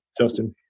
Justin